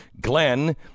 Glenn